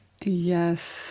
yes